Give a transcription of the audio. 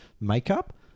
makeup